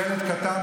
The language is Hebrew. קח את הזמן,